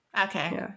Okay